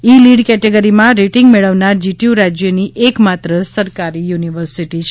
ઈ lead કેટેગરીમાં rating મેળવનાર GTU રાજ્યની એકમાત્ર સરકારી યુનિવર્સિટી છે